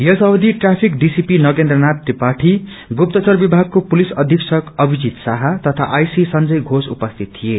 यस अवधि traffic DCP Nagendranath Tripathi गुप्तचर विभागको पुलिस अधिक्षक अभिजित साहा तथ संजय घोषा उपस्थित थिए